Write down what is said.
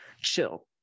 chill